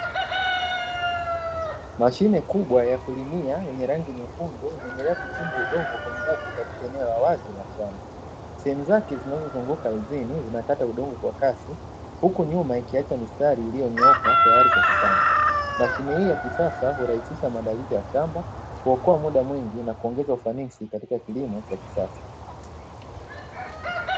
Mashine kubwa ya kulimia yenye rangi nyekundu ikiendelea kuchimba udongo kwa nguvu katika eneo la wazi la shamba, sehemu zake zinavyozunguka ardhini zinakata udongo kwa kasi na nyasi kwa ufanisi huku nyuma ikiacha mistari iliyonyooka tayari kwa kupandwa. Mashine hii ya kisasa inarahisisha kazi ya shamba kuokoa mda mwingi na kuongeza ufanisi katika kilimo cha kisasa.